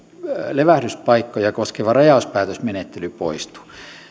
levähdyspaikkoja koskeva rajauspäätösmenettely poistuu